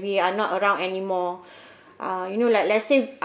we are not around anymore uh you know like let's say